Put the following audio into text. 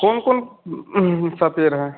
कौन कौन सा पेड़ है